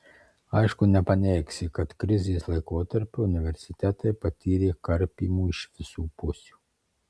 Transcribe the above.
aišku nepaneigsi kad krizės laikotarpiu universitetai patyrė karpymų iš visų pusių